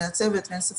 מרבית חברי הצוות סברו